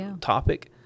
topic